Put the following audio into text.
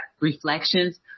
reflections